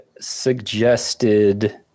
suggested